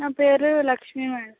నా పేరు లక్ష్మీ మ్యాడం